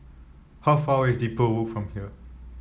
how far away is Depot Walk from here